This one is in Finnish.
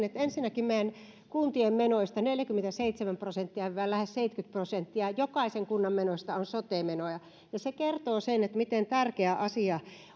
että ensinnäkin meidän kuntien menoista neljäkymmentäseitsemän prosenttia lähes seitsemänkymmentä prosenttia jokaisen kunnan menoista on sote menoja ja se kertoo sen miten tärkeä asia